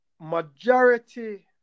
majority